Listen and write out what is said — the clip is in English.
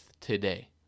today